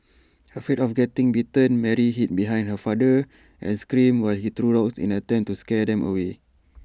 afraid of getting bitten Mary hid behind her father and screamed while he threw rocks in an attempt to scare them away